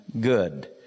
good